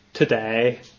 today